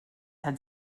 had